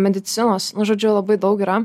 medicinos nu žodžiu labai daug yra